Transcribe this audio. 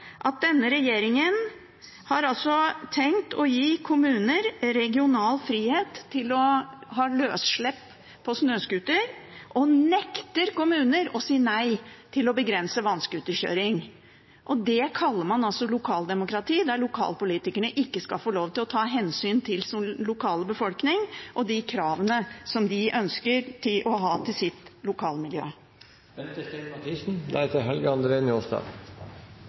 at denne regjeringen har tenkt å gi kommuner regional frihet til å ha frislipp for snøscooter, og nekter kommuner å si nei til å begrense vannscooterkjøring. Det kaller man altså lokaldemokrati, at lokalpolitikerne ikke skal få lov til å ta hensyn til sin lokale befolkning og de kravene de ønsker å ha til sitt lokalmiljø.